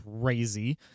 crazy